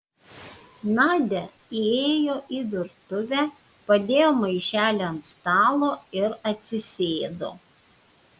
nadia įėjo į virtuvę padėjo maišelį ant stalo ir atsisėdo